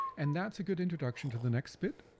and that's a good introduction to the next bit,